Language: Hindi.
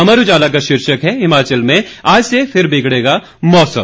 अमर उजाला का शीर्षक है हिमाचल में आज से फिर बिगड़ेगा मौसम